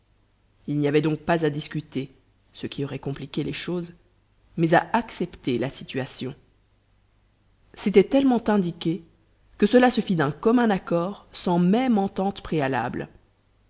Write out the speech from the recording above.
il n'y avait donc pas à discuter ce qui aurait compliqué les choses mais à accepter la situation c'était tellement indiqué que cela se fit d'un commun accord sans même entente préalable